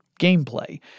gameplay